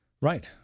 Right